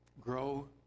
grow